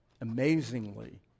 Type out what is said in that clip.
amazingly